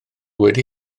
wedi